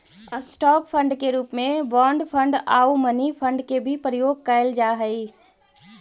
stock fund के रूप में बॉन्ड फंड आउ मनी फंड के भी प्रयोग कैल जा हई